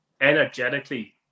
energetically